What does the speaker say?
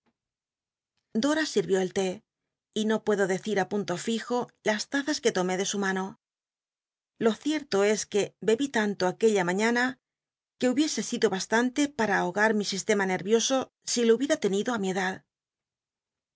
dora sirvió el té y no puedo decir i punto fijo las tazas que lomé de su mano lo cierto es que bebí tanto aquella mañana que hubiese sido bast nle para ahogar mi sistema ner vioso si lo hubiera ten ido á mi edad